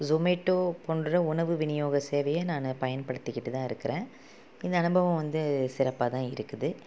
சொமேட்டோ போன்ற உணவு விநியோக சேவையை நான் பயன்படுத்திக்கிட்டு தான் இருக்கிறேன் இந்த அனுபவம் வந்து சிறப்பாக தான் இருக்குது